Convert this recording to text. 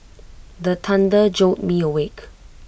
the thunder jolt me awake